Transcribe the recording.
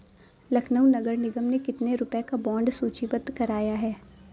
लखनऊ नगर निगम ने कितने रुपए का बॉन्ड सूचीबद्ध कराया है?